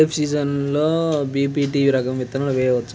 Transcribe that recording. ఖరీఫ్ సీజన్లో బి.పీ.టీ రకం విత్తనాలు వేయవచ్చా?